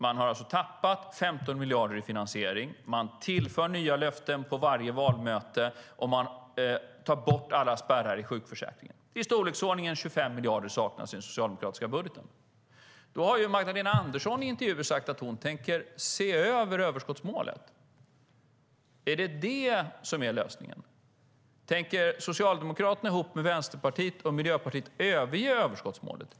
Man har alltså tappat 15 miljarder i finansiering, man tillför nya löften på varje valmöte och man tar bort alla spärrar i sjukförsäkringen. I storleksordningen 25 miljarder saknas i den socialdemokratiska budgeten. Magdalena Andersson har sagt i intervjuer att hon tänker se över överskottsmålet. Är det lösningen? Tänker Socialdemokraterna ihop med Vänsterpartiet och Miljöpartiet överge överskottsmålet?